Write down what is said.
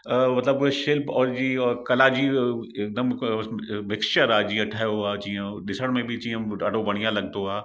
मतलबु शिल्प और जी कला जी हिकदमि मिक्चर आहे जीअं ठहियो आहे जीअं ॾिसण में बि जीअं ॾाढो बणिया लॻंदो आहे